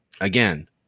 again